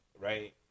right